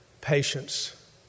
patience